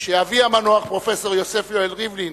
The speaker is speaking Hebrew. שאבי המנוח, פרופסור יוסף יואל ריבלין,